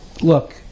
look